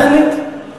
מחר נמשיך את הדיון הזה.